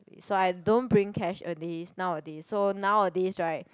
so I don't bring cash a days nowadays so nowadays right